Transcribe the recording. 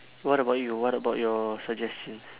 what about you what about your suggestions